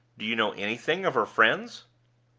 do you know anything of her friends?